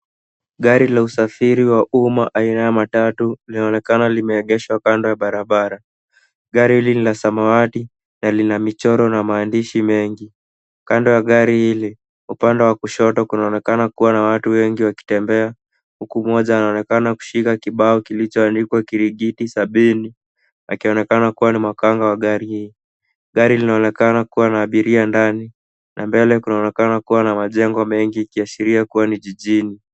Gari la usafiri wa uma la aina ya matatu linaonekana limeegeshwa kando ya barabara. Gari hili ni la samawati na lina michoro na maandishi mengi. Kando ya gari hili upande wa kushoto kunaonekana kuwa na watu wengi wakitembea huku mmoja anaonekana anashikila kibao kilichoandikwa Kirigiti sabini akionekana kuwa ni makanga wa gari hii. Gari linaonekana kuwa na abiria ndani na mbele kunaonekana kuwa na majengo mengi ikiashiria kuwa ni jijini.